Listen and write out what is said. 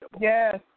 Yes